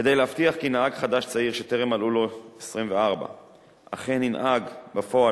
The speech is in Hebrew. כדי להבטיח כי נהג חדש צעיר שטרם מלאו לו 24 אכן ינהג בפועל